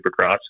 Supercross